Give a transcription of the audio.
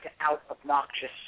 out-obnoxious